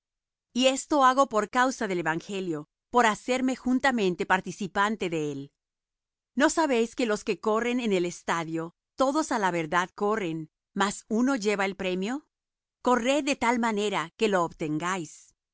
y esto hago por causa del evangelio por hacerme juntamente participante de él no sabéis que los que corren en el estadio todos á la verdad corren mas uno lleva el premio corred de tal manera que lo obtengáis